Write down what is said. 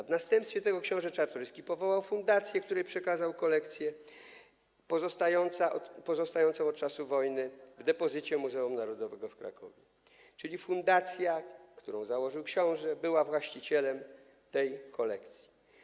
W następstwie tego książę Czartoryski powołał fundację, której przekazał kolekcję pozostającą od czasu wojny w depozycie Muzeum Narodowego w Krakowie, czyli fundacja, którą założył książę, była właścicielem tej kolekcji.